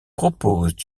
proposent